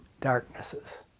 darknesses